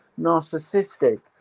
narcissistic